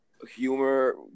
Humor